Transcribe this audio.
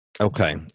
okay